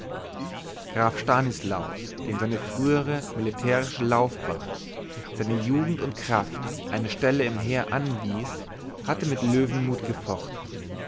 graf stanislaus dem seine frühere militärische laufbahn seine jugend und kraft eine stelle im heer anwies hatte mit löwenmut gefochten